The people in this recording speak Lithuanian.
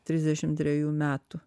trisdešim trejų metų